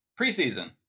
preseason